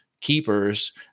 keepers